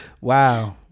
Wow